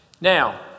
Now